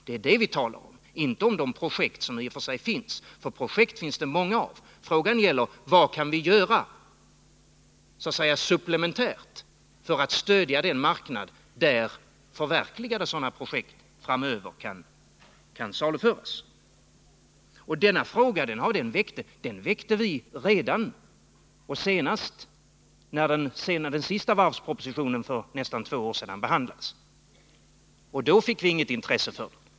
Det är detta vi talar om —- inte om de projekt som i och för sig finns. För projekt finns det många, men frågan gäller: Vad kan vi göra så att säga supplementärt för att stödja den marknad där tillverkade projekt framöver kan saluföras? Denna fråga väckte vi redan när den senaste varvspropositionen för nä två år sedan behandlades. Då fick vi inte något intresse för den.